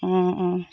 অঁ অঁ